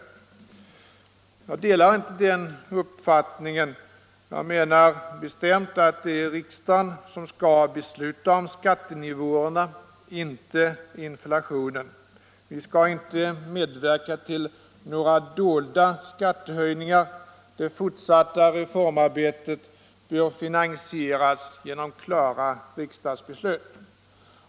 Jag delar inte den uppfattningen. Jag menar bestämt att det är riksdagen som skall besluta om skattenivåerna, inte inflationen. Vi skall inte medverka till några dolda skattehöjningar. Det fortsatta reformarbetet bör finansieras genom klara riksdagsbeslut.